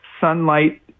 sunlight